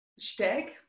steg